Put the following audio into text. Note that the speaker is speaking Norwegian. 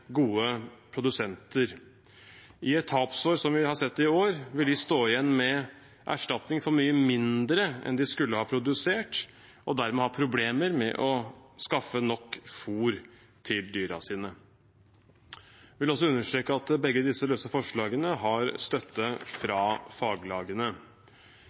gode produsenter. I et tapsår, som vi har sett i år, vil de stå igjen med erstatning for mye mindre enn de skulle ha produsert, og dermed ha problemer med å skaffe nok fôr til dyrene sine. Jeg vil også understreke at begge disse løse forslagene har støtte